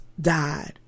died